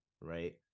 right